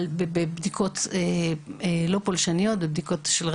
ובבדיקות לא פולשניות.